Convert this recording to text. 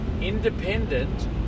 independent